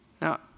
Now